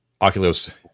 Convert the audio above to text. Oculus